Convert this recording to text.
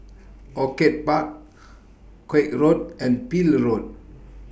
Orchid Park Koek Road and Peel Road